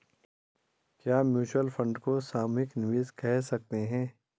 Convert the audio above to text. क्या mutual fund को सामूहिक निवेश कह सकते हैं?